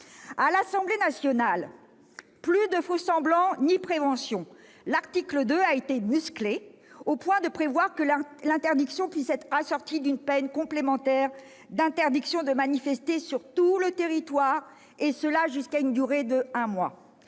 À l'Assemblée nationale, plus de faux-semblants ni de préventions : l'article 2 a été musclé au point de prévoir que l'interdiction puisse être assortie d'une peine complémentaire d'interdiction de manifester sur tout le territoire, pour une durée pouvant